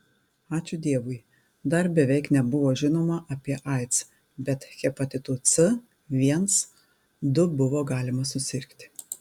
ačiū dievui dar beveik nebuvo žinoma apie aids bet hepatitu c viens du buvo galima susirgti